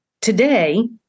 today